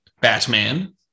Batman